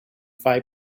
five